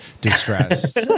distressed